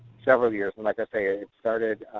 several years. and like i say, it started,